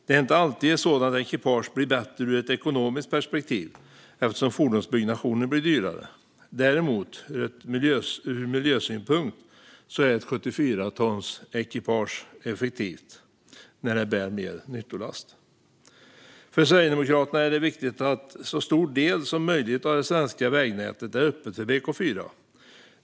Det är inte alltid ett sådant ekipage blir bättre ur ett ekonomiskt perspektiv, eftersom fordonsbyggnationen blir dyrare. Ur miljösynpunkt är däremot ett 74-tonsekipage effektivt, eftersom det bär mer nyttolast. För Sverigedemokraterna är det viktigt att en så stor del som möjligt av det svenska vägnätet är öppet för BK4.